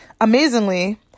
Amazingly